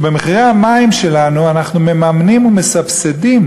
שבמחירי המים שלנו אנחנו מממנים ומסבסדים